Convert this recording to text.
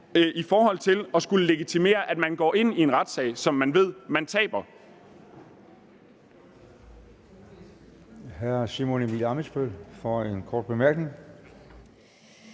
for at skulle legitimere, at man går ind i en retssag, som man ved man taber.